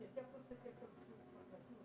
הוועדה הזאת דברה על הנקודות שבאמת מטרידות